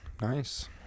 nice